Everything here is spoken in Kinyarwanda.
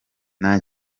nta